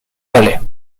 palais